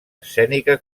escènica